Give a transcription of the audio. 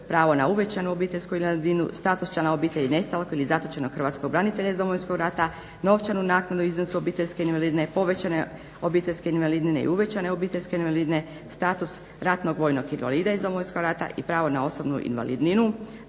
pravo na uvećanu obiteljsku invalidninu, status člana obitelji nestalog ili zatočenog hrvatskog branitelja iz Domovinskog rata, novčanu naknadu u iznosu obiteljske invalidnine, povećane obiteljske invalidnine i uvećane obiteljske invalidnine, status ratnog vojnog invalida iz Domovinskog rata i pravo na osobnu invalidninu,